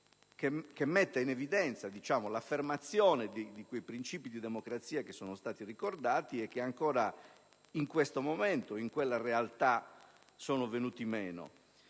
a Cuba e, quindi, un'affermazione dei princìpi di democrazia che sono stato ricordati e che ancora in questo momento in quella realtà sono venuti meno.